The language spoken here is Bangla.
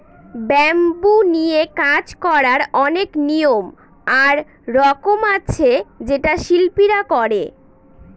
ব্যাম্বু নিয়ে কাজ করার অনেক নিয়ম আর রকম আছে যেটা শিল্পীরা করে